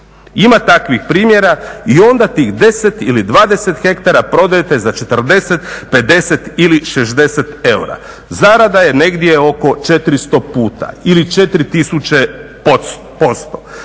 ima takvih primjera, i onda tih 10 ili 20 hektara prodajete za 40, 50 ili 60 eura. Zarada je negdje oko 400 puta ili 4000%.